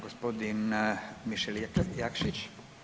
Gospodin Mišel Jakšić.